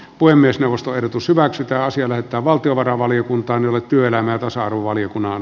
puhemiesneuvosto ehdotus hyväksytään sillä että valtiovarainvaliokuntaan jolle työelämän tasa arvovaliokunnan